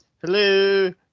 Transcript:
hello